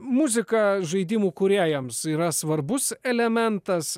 muzika žaidimų kūrėjams yra svarbus elementas